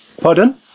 pardon